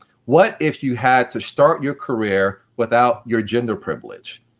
what if you had to start your career without your gender privilege?